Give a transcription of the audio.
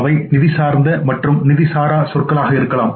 அவை நிதி சார்ந்த மற்றும் நிதி சாரா சொற்களாக இருக்கலாம்